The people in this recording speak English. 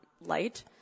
light